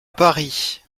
paris